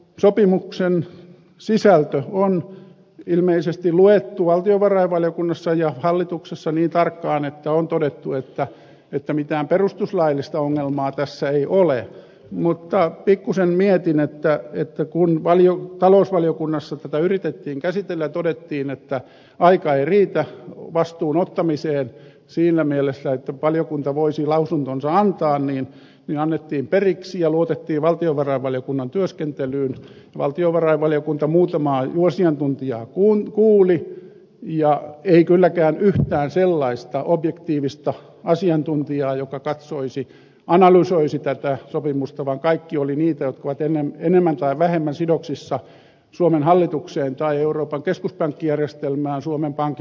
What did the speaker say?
sopimuksen sisältö on ilmeisesti luettu valtiovarainvaliokunnassa ja hallituksessa niin tarkkaan että on todettu että ette mitään perustuslaillista ongelmaa tässä ei ole mutta pikkusen miettimättä että kuun varjo talousvaliokunnassa tätä yritettiin käsitellä todettiin että aika ei riitä vastuun ottamiseen siinä mielessä että valiokunta voisi lausuntonsa antaa niin annettiin periksi ja luotettiin valtiovarainvaliokunnan työskentelyyn valtiovarainvaliokunta muutamaa asiantuntijaa kun kuuli ja ei kylläkään näin sellaista objektiivista asiantuntijaa joka katsoisi analysoisi tätä sopimusta vaan kaikki oli niitä aikoja enemmän tai vähemmän sidoksissa suomen hallitukseen tai euroopan keskuspankkijärjestelmään suomen pankki